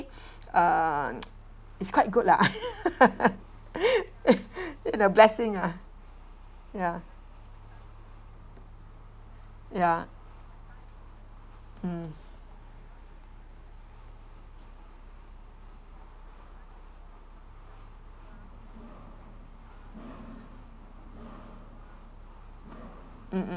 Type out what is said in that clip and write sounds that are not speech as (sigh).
err (noise) it's quite good lah (laughs) a blessing ah ya ya mm mm mm